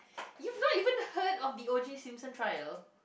you've not even heard of the OJ-Simpson trial